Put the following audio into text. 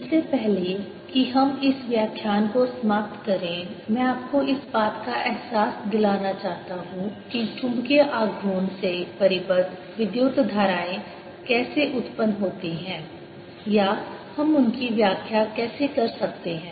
इससे पहले कि हम इस व्याख्यान को समाप्त करें मैं आपको इस बात का एहसास दिलाना चाहता हूं कि चुम्बकीय आघूर्ण से परिबद्ध विद्युत धाराएँ कैसे उत्पन्न होती हैं या हम उनकी व्याख्या कैसे कर सकते हैं